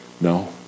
no